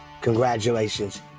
Congratulations